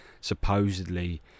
supposedly